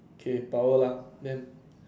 okay power lah then